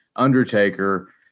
Undertaker